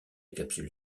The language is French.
capsule